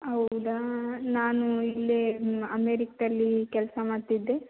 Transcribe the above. ಹೌದಾ ನಾನು ಇಲ್ಲೇ ಅಮೇರಿಕದಲ್ಲಿ ಕೆಲಸ ಮಾಡ್ತಿದ್ದೆ